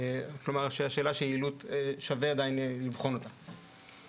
כלומר שווה לבחון את שאלת היעילות.